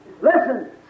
Listen